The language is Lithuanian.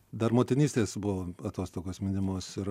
dar motinystės buvo atostogos minimos ir